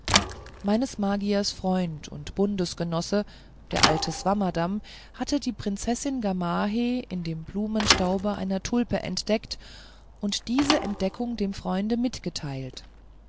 meines magiers freund und bundesgenosse der alte swammerdamm hatte die prinzessin gamaheh in dem blumenstaube einer tulpe entdeckt und diese entdeckung dem freunde mitgeteilt